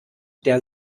der